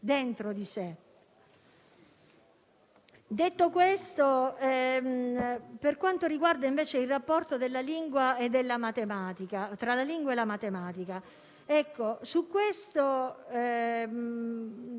dentro di sé. Detto questo, per quanto riguarda invece il rapporto tra la lingua e la matematica, in conclusione,